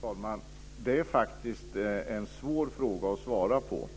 Fru talman! Det är faktiskt en svår fråga att svara på.